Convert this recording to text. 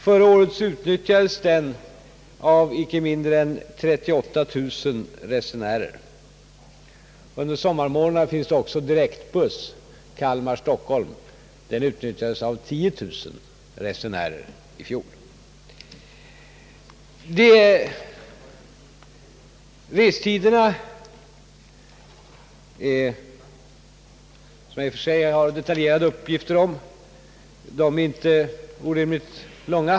Förra året utnyttjades den av icke mindre än 38 000 resenärer. Under sommarmånaderna finns det också direktbuss Kalmar—Stockholm. Den utnyttjades av 10 000 resenärer i fjol. Restiderna, som jag i och för sig har detaljerade uppgifter om, är inte orimligt långa.